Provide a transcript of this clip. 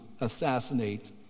assassinate